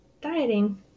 dieting